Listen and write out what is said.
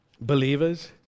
believers